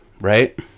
right